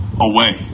away